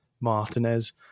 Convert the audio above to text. Martinez